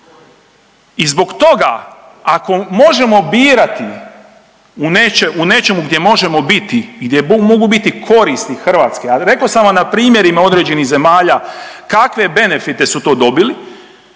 I zbog toga, ako možemo birati u nečemu gdje možemo biti, gdje mogu biti koristi Hrvatske, a rekao sam vam na primjerima određenih zemalja kakve benefite su to dobili